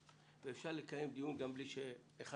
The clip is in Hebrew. לממן.